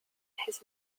has